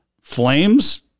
Flames